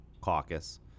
caucus